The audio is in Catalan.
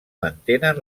mantenen